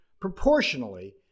proportionally